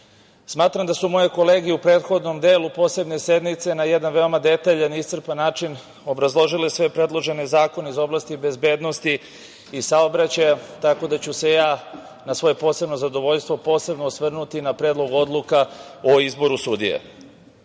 smatram da su moje kolege u prethodnom delu posebne sednice na jedan veoma detaljan i iscrpan način obrazložile svoje predložene zakone iz oblasti bezbednosti i saobraćaja, tako da ću se ja, na svoje posebno zadovoljstvo, posebno osvrnuti na Predlog odluka o izboru sudija. Na